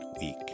week